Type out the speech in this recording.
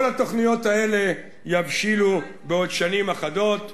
כל התוכניות האלה יבשילו בעוד שנים אחדות.